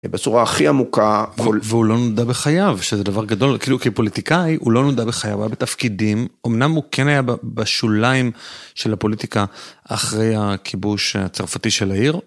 בצורה הכי עמוקה, והוא לא נודע בחייו, שזה דבר גדול כאילו כפוליטיקאי, הוא לא נודע בחייו, היה בתפקידים, אמנם הוא כן היה בשוליים של הפוליטיקה אחרי הכיבוש הצרפתי של העיר.